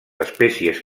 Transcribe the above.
espècies